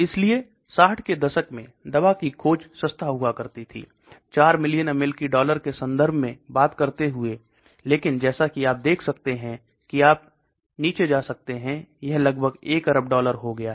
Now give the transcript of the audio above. इसलिए 60 के दशक में दवा की खोज सस्ता हुआ करती थी 4 मिलियन अमेरिकी डॉलर के संदर्भ में बात करते हुए लेकिन जैसा कि आप देख सकते हैं कि आप नीचे जा सकते हैं यह लगभग एक अरब डॉलर हो गया है